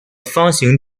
方形